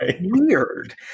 Weird